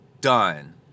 done